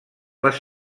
les